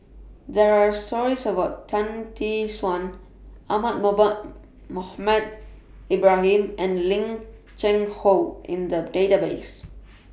There Are stories about Tan Tee Suan Ahmad Mohamed Ibrahim and Lim Cheng Hoe in The Database